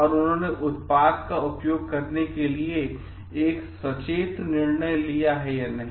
और उन्होंने उत्पाद का उपयोग करने का एक सचेत निर्णय लिया है या नहीं